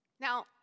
Now